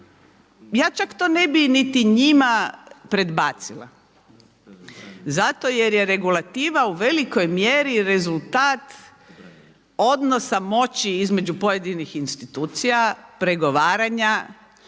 ja čak to ne bi niti njima predbacila zato jer je regulativa u velikoj mjeri rezultat odnosa moći između pojedinih institucija, pregovaranja,